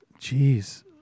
Jeez